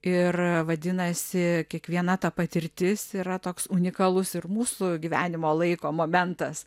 ir vadinasi kiekviena ta patirtis yra toks unikalus ir mūsų gyvenimo laiko momentas